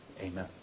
Amen